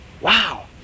Wow